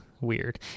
weird